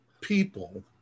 people